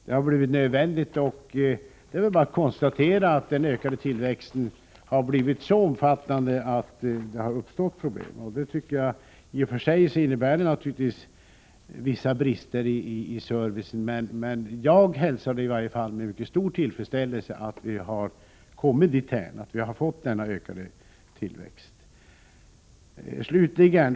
Det har blivit nödvändigt för SAS att försöka klara denna ökning genom t.ex. olika externa inhyrningar av flygplan. I och för sig kan detta medföra vissa brister i servicen, men jag hälsar ändå med mycket stor tillfredsställelse att vi har fått en ökad tillväxt.